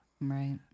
Right